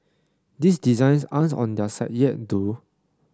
these designs aren't on their site yet though